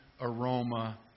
aroma